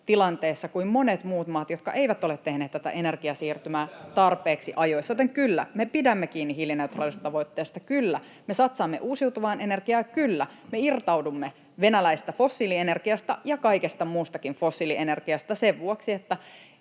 tilanteessa kuin monet muut maat, jotka eivät ole tehneet tätä energiasiirtymää tarpeeksi ajoissa. Joten kyllä, me pidämme kiinni hiilineutraalisuustavoitteesta, kyllä, me satsaamme uusiutuvaan energiaan ja kyllä, me irtaudumme venäläisestä fossiilienergiasta ja kaikesta muustakin fossiilienergiasta sen vuoksi, että